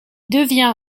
devient